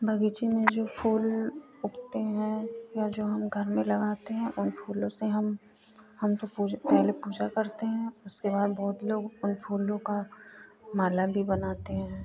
बगीचे में जो फूल उगते हैं या जो हम घर में लगाते हैं उन फूलों से हम हम तो पूजा पहले पूजा करते हैं उसके बाद बहुत लोग उन फूलों का माला भी बनाते हैं